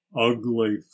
ugly